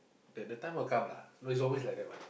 then the time will come lah no it's always like that one